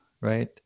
right